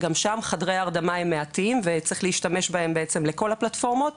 וגם שם חדרי ההרדמה הם מעטים וצריך להשתמש בהם לכל הפלטפורמות.